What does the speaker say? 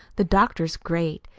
the doctor's great.